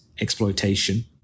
exploitation